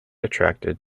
attracted